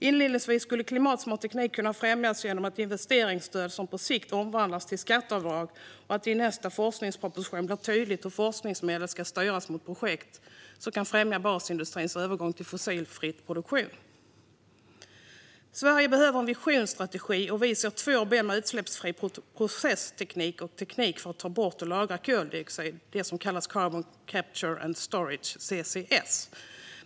Inledningsvis skulle klimatsmart teknik kunna främjas genom ett investeringsstöd som på sikt omvandlas till ett skatteavdrag och att i det i nästa forskningsproposition blir tydligt hur forskningsmedel ska styras mot projekt som kan främja basindustrins övergång till fossilfri produktion. Sverige behöver en visionsstrategi, och vi ser två ben med utsläppsfri processteknik och teknik för att ta bort och lagra koldioxid, det som kallas carbon capture and storage, CCS.